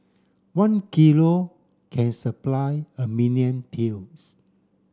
one kilo can supply a million pills